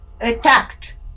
attacked